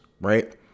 right